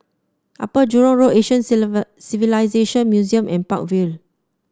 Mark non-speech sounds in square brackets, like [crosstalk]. Upper Jurong Road Asian [unintelligible] Civilisation Museum and Park Vale